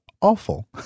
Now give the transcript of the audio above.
Awful